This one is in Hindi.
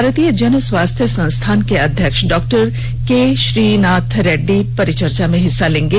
भारतीय जनस्वास्थ्य संस्थान के अध्यक्ष डॉ के श्रीनाथ रेड्डी परिचर्चा में हिस्सा लेगे